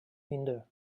hinder